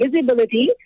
visibility